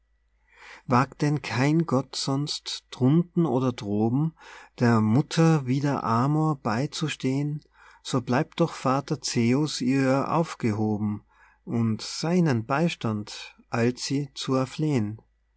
wagt denn kein gott sonst drunten oder droben der mutter wider amor beizustehn so bleibt doch vater zeus ihr aufgehoben und seinen beistand eilt sie zu erflehn